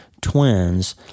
twins